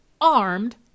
armed